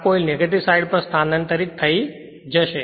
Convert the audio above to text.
આ coil side negative side પર સ્થાનાંતરિત થશે